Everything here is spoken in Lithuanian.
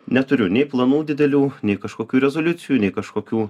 neturiu nei planų didelių nei kažkokių rezoliucijų nei kažkokių